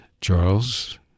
Charles